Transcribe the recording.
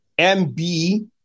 MB